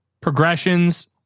progressions